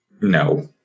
No